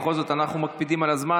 בכל זאת אנחנו מקפידים על הזמן,